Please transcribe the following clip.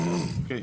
אוקיי.